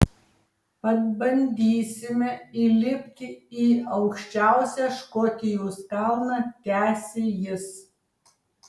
pabandysime įlipti į aukščiausią škotijos kalną tęsė jis